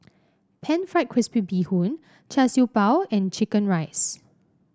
pan fried crispy Bee Hoon Char Siew Bao and chicken rice